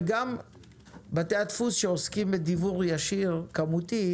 וגם בתי הדפוס שעוסקים בדיוור ישיר כמותי